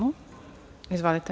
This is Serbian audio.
Izvolite.